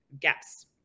gaps